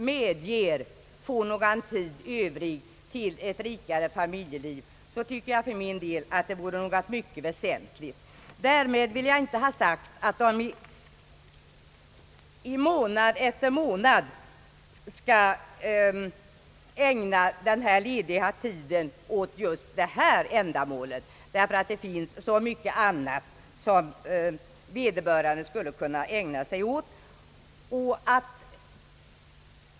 medger få någon tid över till ett rikare familjeliv, finner jag det vara mycket väsentligt. Därmed vill jag inte ha sagt, att de i månad efter månad skall ägna den lediga tiden åt just detta ändamål, ty det finns så mycket annat som vederbörande skulle kunna ägna sig åt.